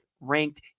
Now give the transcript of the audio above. ranked